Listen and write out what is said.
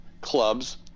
clubs